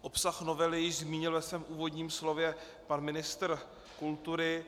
Obsah novely již zmínil ve svém úvodním slově pan ministr kultury.